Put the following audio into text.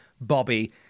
Bobby